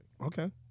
Okay